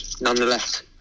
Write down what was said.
nonetheless